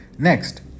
Next